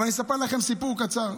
אבל אספר לכם סיפור קצר.